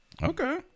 Okay